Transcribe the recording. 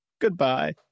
goodbye